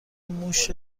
موش